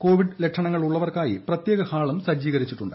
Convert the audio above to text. Covid ലക്ഷണങ്ങൾ ഉള്ളവർക്കായി പ്രത്യേകം ഹാളും സജ്ജീകരിച്ചിട്ടുണ്ട്